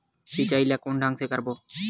सिंचाई ल कोन ढंग से करबो?